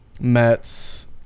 Mets